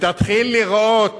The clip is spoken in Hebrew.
ותתחיל לראות